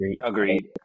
Agreed